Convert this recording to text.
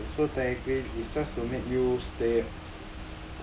okay so technically it's just to make you stay